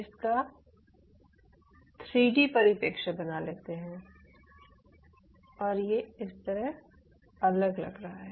इसका 3डी परिप्रेक्ष्य बना लेते हैं और ये इस तरह लग रहा है